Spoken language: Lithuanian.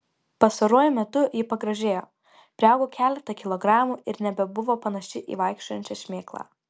pastaruoju metu ji pagražėjo priaugo keletą kilogramų ir nebebuvo panaši į vaikščiojančią šmėklą